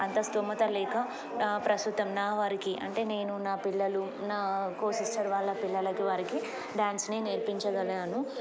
అంత స్తోమత లేక ప్రస్తుతం నా వారికి అంటే నేను నా పిల్లలు నా కోసిస్టర్ వాళ్ళ పిల్లలకి వారికి డ్యాన్స్ని నేర్పించగలాను